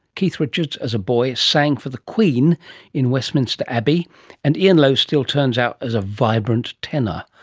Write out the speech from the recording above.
keith richards as a boy sang for the queen in westminster abbey and ian lowe still turns out as a vibrant tenor.